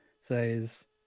says